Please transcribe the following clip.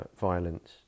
violence